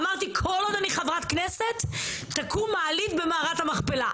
אמרתי כל עוד אני חברת כנסת תקום מעלית במערת המכפלה.